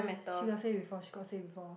she got say before she got say before